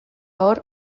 hor